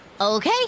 Okay